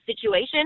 situation